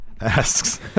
asks